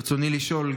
ברצוני לשאול,